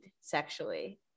sexually